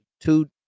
two